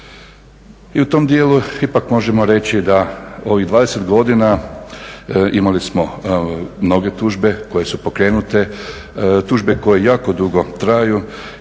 I u tom dijelu ipak možemo reći da ovih 20 godina imali smo mnoge tužbe koje su pokrenute, tužbe koje jako dugo traju